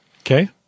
Okay